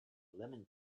lemon